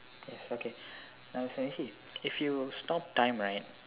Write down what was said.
yes okay now if you stop time right